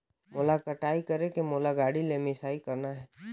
मोला कटाई करेके मोला गाड़ी ले मिसाई करना हे?